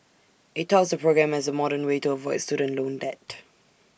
IT touts the program as the modern way to avoid student loan debt